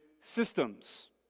systems